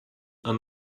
are